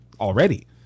already